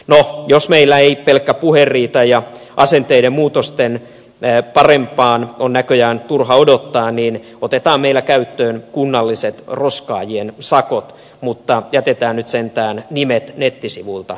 no jos meillä ei pelkkä puhe riitä ja asenteiden muutosta parempaan on näköjään turha odottaa niin otetaan meillä käyttöön kunnalliset roskaajien sakot mutta jätetään nyt sentään nimet nettisivuilta pois